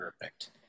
perfect